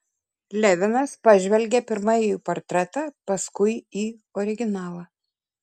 levinas pažvelgė pirma į portretą paskui į originalą